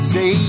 Say